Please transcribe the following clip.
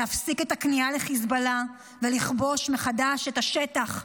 להפסיק את הכניעה לחיזבאללה, ולכבוש מחדש את השטח.